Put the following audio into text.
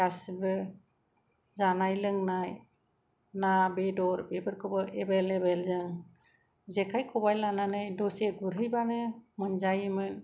गासिबो जानाय लोंनाय ना बेदर बेफोरखौबो एबेललेबेल जों जेखाइ खबाइ लानानै दसे गुरहैबानो मोनजायोमोन